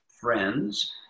friends